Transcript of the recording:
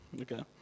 Okay